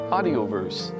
Audioverse